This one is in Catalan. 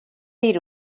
dir